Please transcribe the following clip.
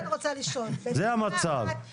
זה המצב.